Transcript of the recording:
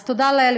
אז תודה לאל,